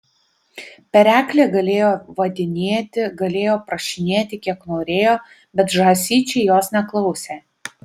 pereklė galėjo vadinėti galėjo prašinėti kiek norėjo bet žąsyčiai jos neklausė